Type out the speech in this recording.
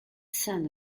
son